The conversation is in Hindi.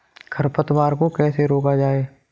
खरपतवार को कैसे रोका जाए?